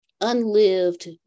unlived